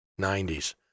90s